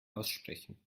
aussprechen